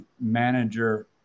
manager